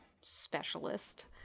specialist